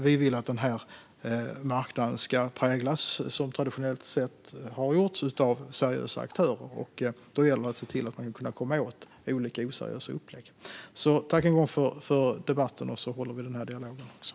Vi vill att denna marknad ska präglas av seriösa aktörer, vilket den traditionellt sett har gjort. Då gäller det att se till att man kan komma åt olika oseriösa upplägg. Tack än en gång för debatten! Låt oss hålla dialogen öppen!